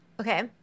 Okay